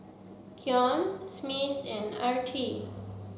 Keon Smith and Artie